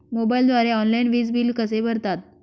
मोबाईलद्वारे ऑनलाईन वीज बिल कसे भरतात?